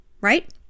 right